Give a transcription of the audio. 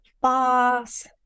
boss